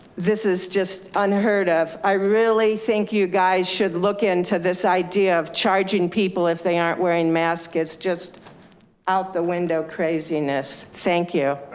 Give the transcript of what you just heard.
this is just unheard of. i really think you guys should look into this idea of charging people if they aren't wearing mask. it's just out the window craziness. thank you.